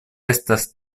estas